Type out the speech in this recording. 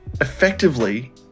effectively